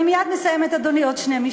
אני מייד מסיימת, אדוני, עוד שני משפטים.